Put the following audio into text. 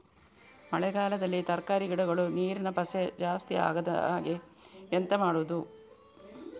ಮಳೆಗಾಲದಲ್ಲಿ ತರಕಾರಿ ಗಿಡಗಳು ನೀರಿನ ಪಸೆ ಜಾಸ್ತಿ ಆಗದಹಾಗೆ ಎಂತ ಮಾಡುದು?